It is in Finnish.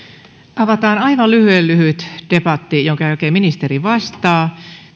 avataan aivan lyhyen lyhyt debatti jonka jälkeen ministeri vastaa